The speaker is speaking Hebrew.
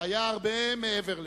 היה הרבה מעבר לזה.